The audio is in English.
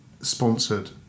sponsored